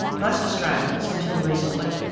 most australians, until recently,